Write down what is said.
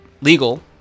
legal